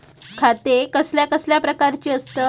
खाते कसल्या कसल्या प्रकारची असतत?